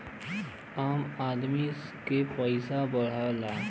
आम आदमी के पइसा बढ़ेला